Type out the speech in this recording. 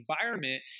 environment